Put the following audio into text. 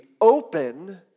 open